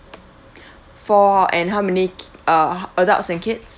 four and how many ki~ uh adults and kids